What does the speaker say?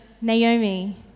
Naomi